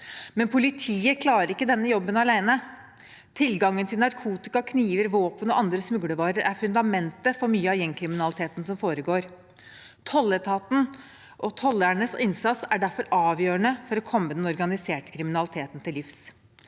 Politiet klarer ikke denne jobben alene. Tilgangen til narkotika, kniver, våpen og andre smuglervarer er fundamentet for mye av gjengkriminaliteten som foregår. Tolletaten og tollernes innsats er derfor avgjørende for å komme den organiserte kriminaliteten til livs.